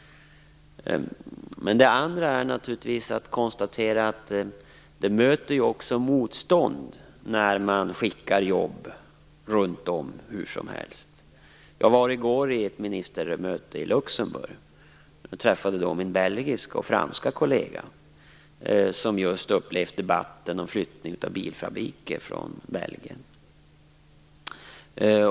Man kan också konstatera att det möter motstånd när man skickar omkring jobb hur som helst. Jag var i går på ett ministermöte i Luxemburg. Jag träffade då mina belgiska och franska kolleger, som just upplevt debatten om flyttning av bilfabriker från Belgien.